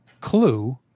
clue